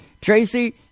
Tracy